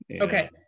Okay